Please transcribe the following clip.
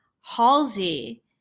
Halsey